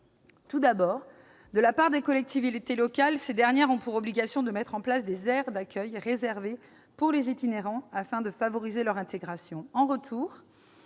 qui concerne les collectivités locales, ces dernières ont l'obligation de mettre en place des aires d'accueil réservées pour les itinérants, afin de favoriser leur intégration.